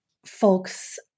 folks